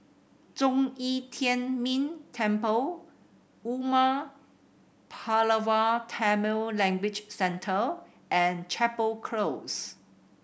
Zhong Yi Tian Ming Temple Umar Pulavar Tamil Language Centre and Chapel Close